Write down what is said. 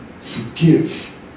forgive